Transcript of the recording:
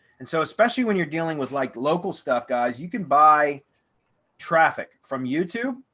and so especially when you're dealing with like local stuff, guys, you can buy traffic from youtube,